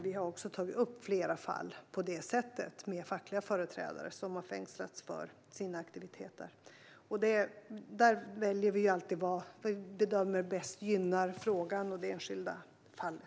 Vi har också på detta sätt tagit upp flera fall med fackliga företrädare som har fängslats för sina aktiviteter. Här väljer vi alltid det som vi bedömer bäst gynnar frågan och det enskilda fallet.